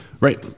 Right